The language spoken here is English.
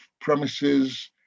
premises